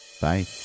Bye